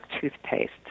toothpaste